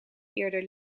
eerder